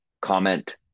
comment